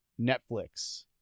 Netflix